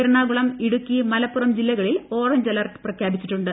എറണാകുളം ഇടുക്കി മലപ്പുറം ജില്ലകളിൽ orange alert പ്രഖ്യാപിച്ചിട്ടുണ്ട്